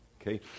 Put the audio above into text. okay